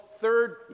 third